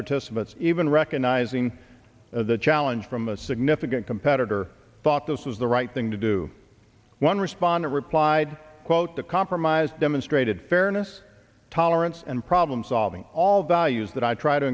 participants even recognizing the challenge from a significant competitor thought this was the right thing to do one respondent replied quote the compromise demonstrated fairness tolerance and problem solving all values that i try to